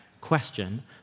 question